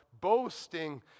boasting